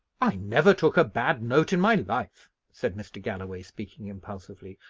i never took a bad note in my life, said mr. galloway, speaking impulsively.